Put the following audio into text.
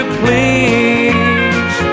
please